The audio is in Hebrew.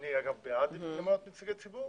אני אגב בעד למנות נציגי ציבור